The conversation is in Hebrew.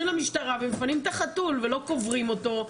למשטרה ומפנים את החתול ולא קוברים אותו,